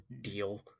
deal